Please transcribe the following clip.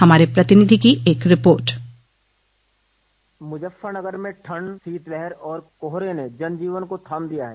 हमारे प्रतिनिधि की एक रिपोर्ट मुजफ्फरनगर में शीतलहर और कोहरे ने जनजीवन को थाम दिया है